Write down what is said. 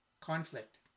conflict